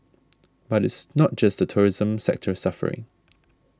but it's not just the tourism sector suffering